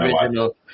original